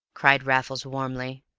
cried raffles warmly.